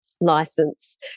license